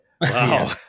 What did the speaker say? Wow